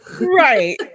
Right